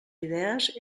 idees